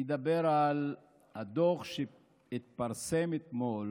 אני אדבר על הדוח שהתפרסם אתמול